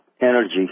energy